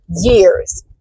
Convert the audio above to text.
years